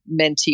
mentee